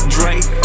Drake